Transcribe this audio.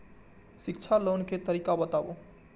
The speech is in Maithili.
शिक्षा लोन के तरीका बताबू?